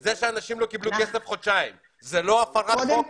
זה שאנשים לא קיבלו כסף חודשיים זה לא הפרת חוק?